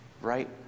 right